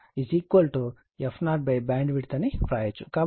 కాబట్టి bandwidth f0 Q